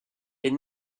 est